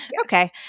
Okay